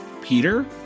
peter